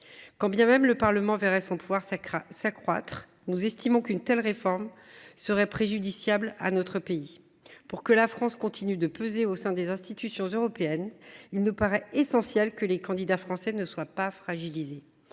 Quand bien même le Parlement verrait son pouvoir s’accroître, nous estimons qu’une telle réforme serait préjudiciable à notre pays. Pour que la France continue de peser au sein des institutions européennes, il nous paraît essentiel que les candidats français ne soient pas fragilisés.